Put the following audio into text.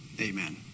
Amen